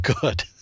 good